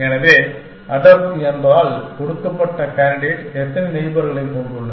எனவே அடர்த்தி என்றால் கொடுக்கப்பட்ட கேண்டிடேட் எத்தனை நெபர்களைக் கொண்டுள்ளது